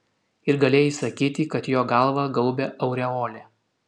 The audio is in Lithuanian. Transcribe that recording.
ir galėjai sakyti kad jo galvą gaubia aureolė